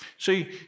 See